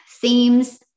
Themes